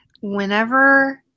whenever